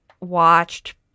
watched